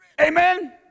Amen